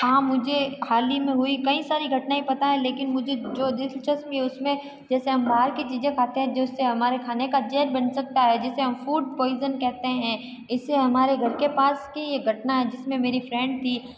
हाँ मुझे हाल ही में हुई कई सारी घटनाएँ पता है लेकिन मुझे जो दिलचस्प उसमें जैसे हम बाहर की चीज़ें खाते हैं जिससे हमारे खाने का ज़हर बन सकता है जिसे हम फूड प्वाइज़न कहते हैं इसे हमारे घर के पास की यह घटना है जिसमें मेरी फ्रेंड थी